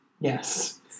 Yes